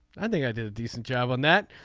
i think i did a decent job on that.